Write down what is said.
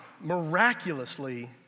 miraculously